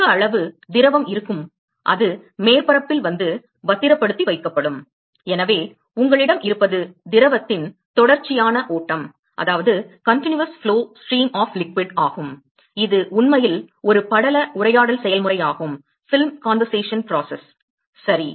அதிக அளவு திரவம் இருக்கும் அது மேற்பரப்பில் வந்து பத்திரப்படுத்தி வைக்கப்படும் எனவே உங்களிடம் இருப்பது திரவத்தின் தொடர்ச்சியான ஓட்டம் ஆகும் இது உண்மையில் ஒரு படல உரையாடல் செயல்முறையாகும் சரி